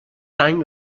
زنگ